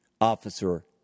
Officer